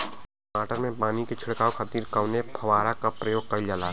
टमाटर में पानी के छिड़काव खातिर कवने फव्वारा का प्रयोग कईल जाला?